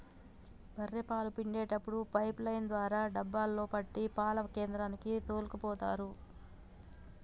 బఱ్ఱె పాలు పిండేప్పుడు పైపు లైన్ ద్వారా డబ్బాలో పట్టి పాల కేంద్రానికి తోల్కపోతరు